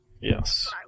Yes